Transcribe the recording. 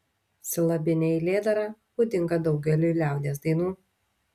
silabinė eilėdara būdinga daugeliui liaudies dainų